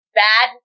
bad